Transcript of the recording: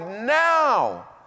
now